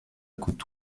côte